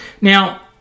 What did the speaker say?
Now